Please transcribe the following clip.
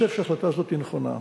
אני חושב שההחלטה הזאת נכונה.